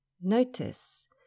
Notice